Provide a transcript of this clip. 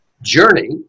journey